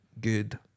good